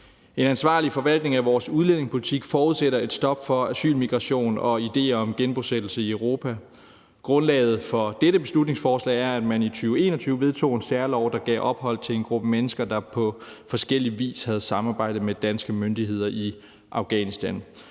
En ansvarlig forvaltning af vores udlændingepolitik forudsætter et stop for asyl, migration og idéer om genbosættelse i Europa. Grundlaget for dette beslutningsforslag er, at man i 2021 vedtog en særlov, der gav ophold til en gruppe mennesker, der på forskellig vis havde samarbejdet med danske myndigheder i Afghanistan.